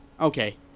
Okay